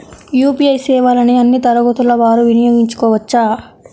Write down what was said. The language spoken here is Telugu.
యూ.పీ.ఐ సేవలని అన్నీ తరగతుల వారు వినయోగించుకోవచ్చా?